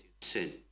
sin